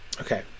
Okay